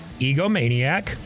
egomaniac